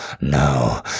no